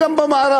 אלא במערב,